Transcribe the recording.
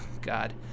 god